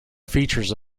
features